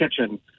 kitchen